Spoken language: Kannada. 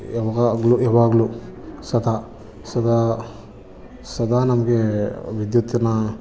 ಯಾವಾಗ್ಲೂ ಯಾವಾಗ್ಲೂ ಸದಾ ಸದಾ ಸದಾ ನಮಗೆ ವಿದ್ಯುತ್ತಿನ